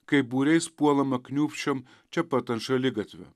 kaip būriais puolama kniūpsčiom čia pat ant šaligatvio